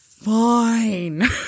Fine